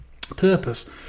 purpose